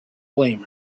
blame